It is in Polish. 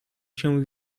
się